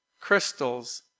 crystals